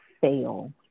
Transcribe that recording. fail